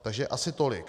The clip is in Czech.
Takže asi tolik.